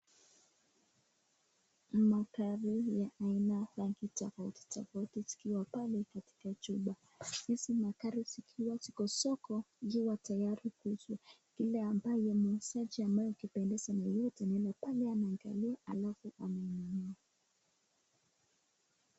Magari ya aina rangi tofauti tofauti zikiwa pale katika chumba, hizi magari zikiwa ziko soko zikiwa tayari kuuzwa. ile ambayo muuzaji ambayo akipendezwa na yoyote anaenda pale anaangalia halafu anainunua.